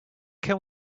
can